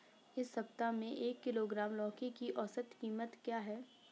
इस सप्ताह में एक किलोग्राम लौकी की औसत कीमत क्या है?